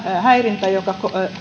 häirintä joka